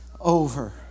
over